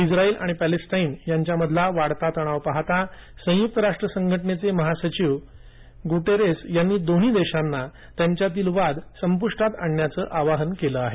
Israel आणि पॅलेस्टाईनयांच्या मधील वाढता तणाव पाहता संयुक्त राष्ट्र संघटनेचे महासचिव अँटोनियो गुटेरेस यांनी दोन्ही देशांना त्यांच्यातील वाद संपुष्टात आणण्याचं आवाहन केलं आहे